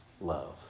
love